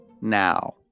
now